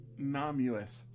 NOMUS